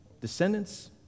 descendants